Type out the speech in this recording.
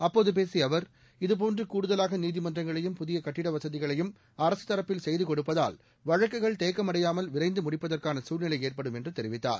அப்போது பேசிய அவர் இது போன்று கூடுதலாக நீதிமன்றங்களையும் புதிய கட்டிட வசதிகளையும் அரசு தரப்பில் செய்து கொடுப்பதால் வழக்குகள் தேக்கமடையாமல் விரைந்து முடிப்பதற்கான சூழ்நிலை ஏற்படும் என்று தெரிவித்தார்